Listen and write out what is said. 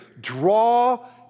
Draw